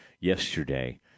yesterday